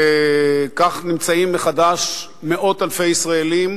וכך נמצאים מחדש מאות אלפי ישראלים